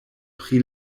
pri